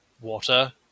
water